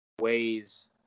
ways